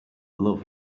love